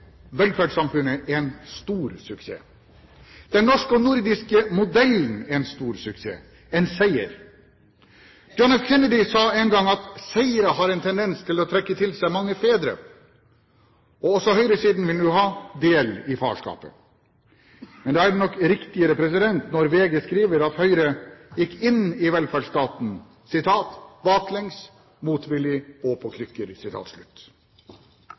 velferdssamfunnet er en stor suksess. Den norske og den nordiske modellen er en stor suksess – en seier. John F. Kennedy sa en gang at seire har en tendens til å trekke til seg mange fedre. Også høyresiden vil nå ha del i farskapet. Men da er det nok riktigere når VG skriver at Høyre gikk inn i velferdsstaten baklengs, motvillig og på krykker.